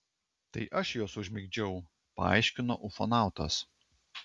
tai aš juos užmigdžiau paaiškino ufonautas